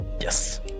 Yes